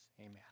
amen